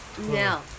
No